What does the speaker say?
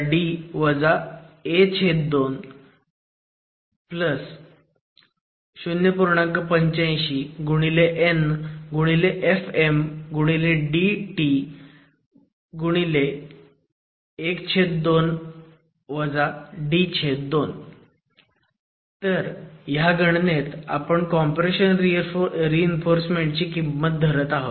85nfmdt तर ह्या गणनेत आपण कॉम्प्रेशन रीइन्फोर्समेंट ची किंमत धरत आहोत